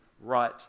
right